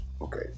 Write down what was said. okay